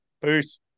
Peace